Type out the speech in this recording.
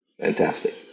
fantastic